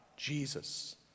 Jesus